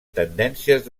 tendències